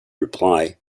reply